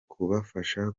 kubafasha